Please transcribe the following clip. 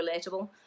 relatable